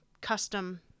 custom